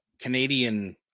Canadian